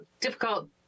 difficult